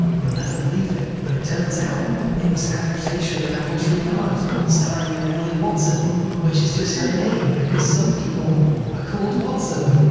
you'll never believe it, but it turns out it was an adaptation of appletree yard starring, emily watson which is just her name, because some people are ah called watson.